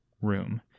room